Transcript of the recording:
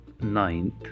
Ninth